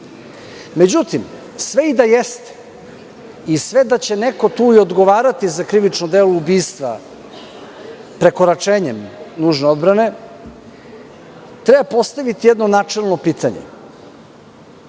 Međutim, sve i da jeste i sve da će neko tu i odgovarati za krivično delo ubistva prekoračenjem nužne odbrane, treba postaviti jedno načelno pitanje